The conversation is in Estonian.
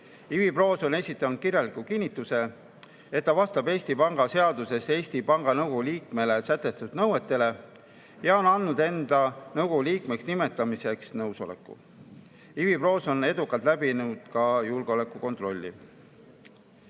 Ivi Proos on esitanud kirjaliku kinnituse, et ta vastab Eesti Panga seaduses Eesti Panga Nõukogu liikmele sätestatud nõuetele, ja on andnud enda nõukogu liikmeks nimetamiseks nõusoleku. Ivi Proos on edukalt läbinud ka julgeolekukontrolli. Taustaks: